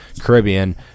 caribbean